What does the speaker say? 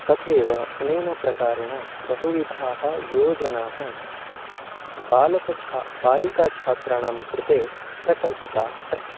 तथेव अनेन प्रकारेण बहुविधाः योजनाः बालिकाः छ बालिकाछात्राणां कृते प्रकल्पिताः अस्ति